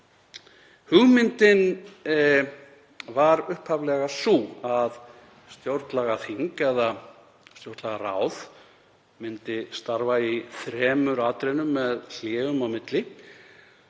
Hugmyndin var upphaflega sú að stjórnlagaþing eða stjórnlagaráð myndi starfa í þremur atrennum með hléum á milli.